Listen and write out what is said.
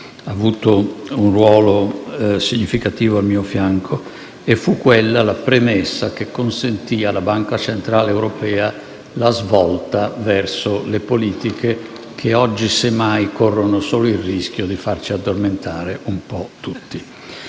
*(Applausi della senatrice Malpezzi) -* e fu quella la premessa che consentì alla Banca centrale europea la svolta verso le politiche che oggi, semmai, corrono solo il rischio di farci addormentare un po' tutti.